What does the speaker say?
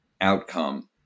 outcome